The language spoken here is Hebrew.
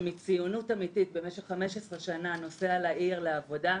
שמציונות אמיתית במשך 15 שנה נוסע לעיר לעבודה.